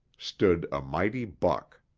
stood a mighty buck.